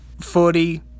footy